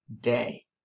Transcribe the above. day